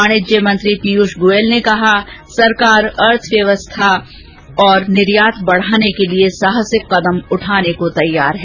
वाणिज्य मंत्री पीयूष गोयल ने कहा सरकार अर्थव्यवस्था और निर्यात बढाने के लिए साहसिक कदम उठाने को तैयार है